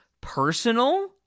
personal